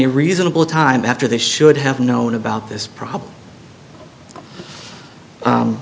a reasonable time after they should have known about this